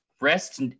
Rest